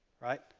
right